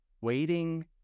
waiting